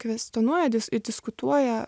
kvestionuoja dis ir diskutuoja